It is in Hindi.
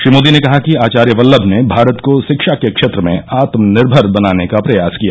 श्री मोदी ने कहा कि आचार्य वल्लम ने भारत को शिक्षा के क्षेत्र में आत्मनिर्मर बनाने का प्रयास किया